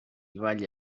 balla